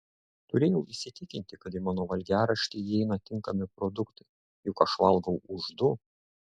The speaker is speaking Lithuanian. turėjau įsitikinti kad į mano valgiaraštį įeina tinkami produktai juk aš valgau už du